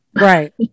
Right